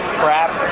crap